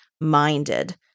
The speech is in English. minded